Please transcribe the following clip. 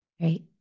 Right